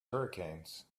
hurricanes